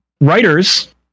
Writers